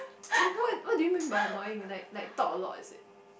no what what do you mean by annoying like like talk a lot is it